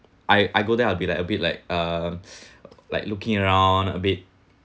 I I go there I'll be like a bit like uh like looking around a bit